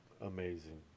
Amazing